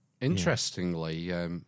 Interestingly